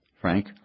Frank